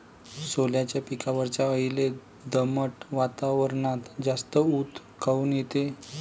सोल्याच्या पिकावरच्या अळीले दमट वातावरनात जास्त ऊत काऊन येते?